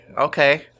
Okay